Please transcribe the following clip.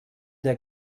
der